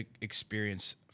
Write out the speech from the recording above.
experience